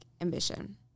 ambition